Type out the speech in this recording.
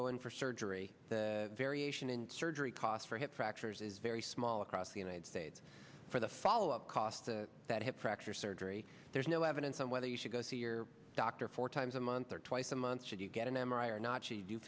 go in for surgery the variation in surgery costs for hip fractures is very small across the united states for the follow up costs that hip fracture surgery there's no evidence on whether you should go see your doctor four times a month or twice a month should you get an m r i or not she do